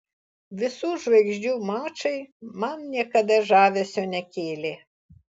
visų žvaigždžių mačai man niekada žavesio nekėlė